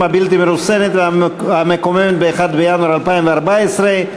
הבלתי-מרוסנת והמקוממת ב-1 בינואר 2014,